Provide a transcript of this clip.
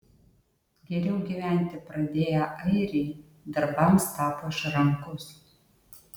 geriau gyventi pradėję airiai darbams tapo išrankūs